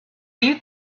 you